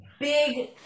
big